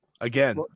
again